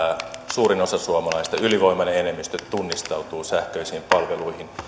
suurin osa suomalaisista ylivoimainen enemmistö tunnistautuu sähköisiin palveluihin